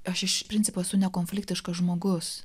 aš iš principo esu nekonfliktiškas žmogus